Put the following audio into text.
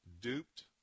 duped